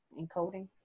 encoding